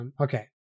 Okay